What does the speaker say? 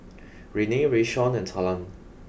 Renae Rayshawn and Talan